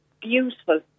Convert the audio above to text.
beautiful